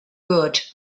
good